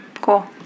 cool